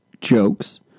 jokes